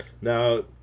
Now